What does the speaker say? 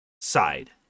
side